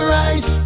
rise